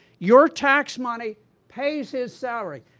your tax money pays his salary!